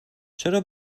چرا